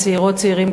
צעירות וצעירים,